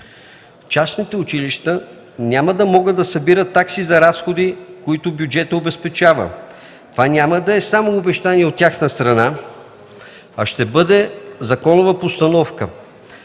Частните училища няма да могат да събират такси за разходи, които бюджетът обезпечава. Това няма да е само обещание от тяхна страна, а ще бъде законова постановка.